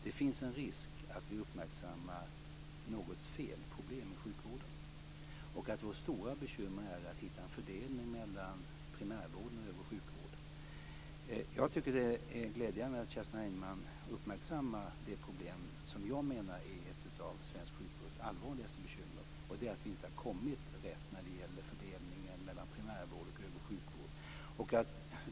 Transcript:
Det finns en risk för att vi uppmärksammar något problem med sjukvården, och vårt stora bekymmer är att hitta en fördelning mellan primärvård och övrig sjukvård. Det är glädjande att Kerstin Heinemann uppmärksammar det problem som jag menar är ett av svensk sjukvårds allvarligaste bekymmer, nämligen att vi inte har kommit rätt när det gäller fördelningen mellan primärvård och övrig sjukvård.